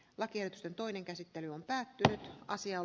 lakers ja toinen käsittely on päätti nopeasti